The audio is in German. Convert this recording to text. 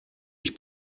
ich